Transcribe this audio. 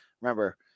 Remember